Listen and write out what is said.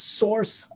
source